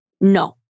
no